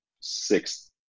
six